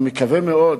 אני מקווה מאוד